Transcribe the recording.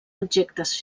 objectes